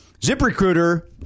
ZipRecruiter